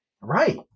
Right